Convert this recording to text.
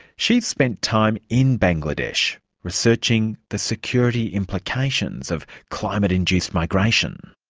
she's spent time in bangladesh researching the security implications of climate-induced migration.